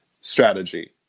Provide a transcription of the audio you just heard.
strategy